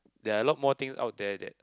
there are a lot more things out there that